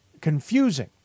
confusing